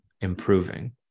improving